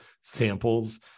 Samples